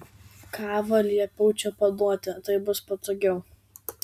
kavą liepiau čia paduoti taip bus patogiau